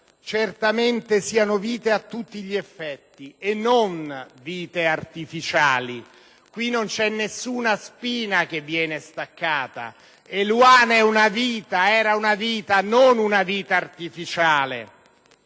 parliamo siano vite a tutti gli effetti, non vite artificiali (qui non c'è nessuna spina che viene staccata: quella di Eluana era una vita, non una vita artificiale)